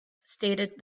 stated